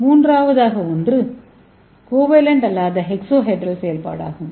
மூன்றாவது ஒன்று கோவலன்ட் அல்லாத எக்ஸோஹெட்ரல் செயல்பாடாகும்